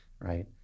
right